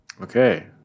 Okay